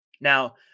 Now